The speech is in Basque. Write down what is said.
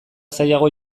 zailago